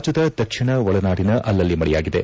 ರಾಜ್ಯದ ದಕ್ಷಿಣ ಒಳನಾಡಿನ ಅಲಲ್ಲಿ ಮಳೆಯಾಗಿದೆ